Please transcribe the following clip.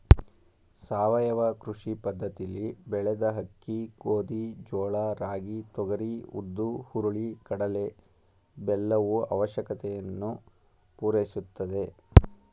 ಸಾವಯವ ಕೃಷಿ ಪದ್ದತಿಲಿ ಬೆಳೆದ ಅಕ್ಕಿ ಗೋಧಿ ಜೋಳ ರಾಗಿ ತೊಗರಿ ಉದ್ದು ಹುರುಳಿ ಕಡಲೆ ಬೆಲ್ಲವು ಅವಶ್ಯಕತೆಯನ್ನು ಪೂರೈಸುತ್ತದೆ